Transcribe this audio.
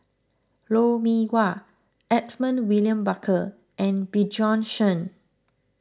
Lou Mee Wah Edmund William Barker and Bjorn Shen